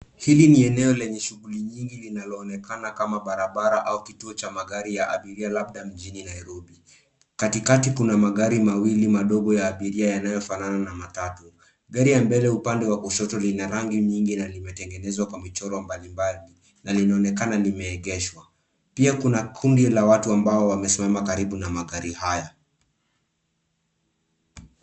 Hili ni eneo lenye shughuli nyingi linaloonekana kama barabara au kituo cha magari ya abiria labda mjini Nairobi. Katikati kuna magari mawili madogo ya abiria yanayofanana na matatu. Gari ya mbele upande wa kushoto lina rangi nyingi na limetengenezwa kwa michoro mbalimbali na linaonekana limeegeshwa. Pia kuna kundi la watu ambao wamesimama karibu na magari haya.